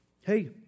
Hey